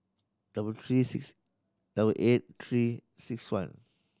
double three six double eight Three Six One